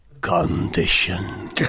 Condition